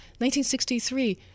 1963